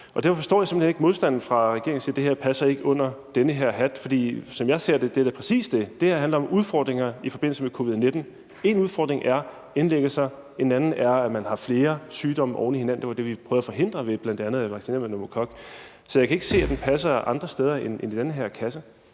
Derfor forstår jeg simpelt hen ikke modstanden fra regeringens side, og at man siger, at det her ikke passer under den her hat. For som jeg ser det, er det da præcis det, det gør. Det her handler om udfordringer i forbindelse med covid-19. Én udfordring er indlæggelser, en anden er, at man har flere sygdomme oven i hinanden. Det var det, vi prøvede at forhindre ved bl.a. at vaccinere mod pneumokokinfektion. Så jeg kan ikke se, at det passer ind andre steder end i den her kasse.